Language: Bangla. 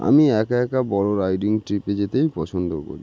আমি একা একা বড়ো রাইডিং ট্রিপে যেতেই পছন্দ করি